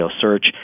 search